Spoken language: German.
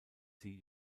sie